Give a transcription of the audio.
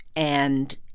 and.